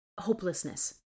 hopelessness